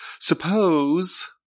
Suppose